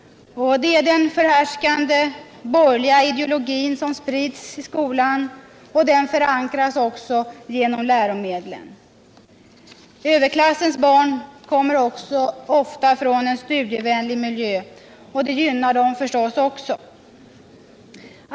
Det är den förhärskande borgerliga ideologin som sprids i skolan, och den förankras även genom läromedlen. Överklassens barn kommer också ofta från en studievänlig miljö, och detta gynnar dem förstås också.